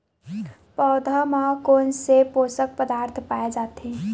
पौधा मा कोन से पोषक पदार्थ पाए जाथे?